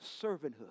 servanthood